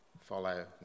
Follow